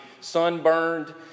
sunburned